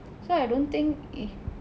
so I don't think it